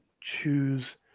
choose